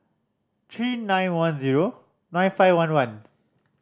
three nine one zero nine five one one